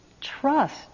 trust